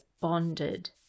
bonded